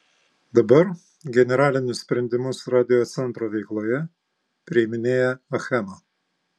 dabar generalinius sprendimus radiocentro veikloje priiminėja achema